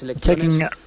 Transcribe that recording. Taking